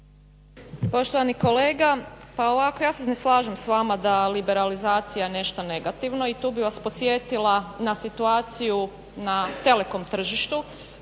Poštovani kolega, pa ovako ja se ne slažem s vama da je liberalizacija nešto negativno i tu bih vas podsjetila na situaciju na telekom tržištu